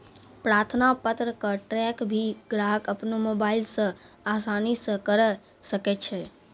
प्रार्थना पत्र क ट्रैक भी ग्राहक अपनो मोबाइल स आसानी स करअ सकै छै